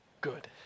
good